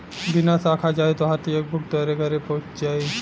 बिना साखा जाए तोहार चेकबुक तोहरे घरे पहुच जाई